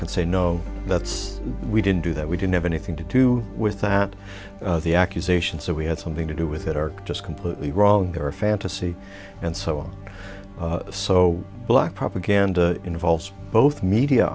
can say no that's we didn't do that we didn't have anything to do with that the accusation so we had something to do with it are just completely wrong there are fantasy and so on so black propaganda involves both media